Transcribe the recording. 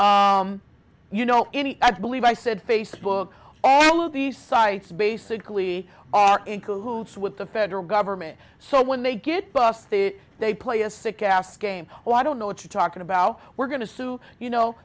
you know any i believe i said facebook all of these sites basically are in cahoots with the federal government so when they get busted they play a sick ass game or i don't know what you're talking about we're going to sue you know